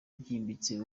byimbitse